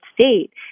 state